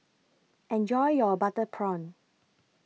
Enjoy your Butter Prawn